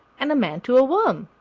and a man to a worm.